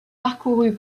parcouru